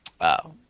Wow